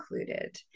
included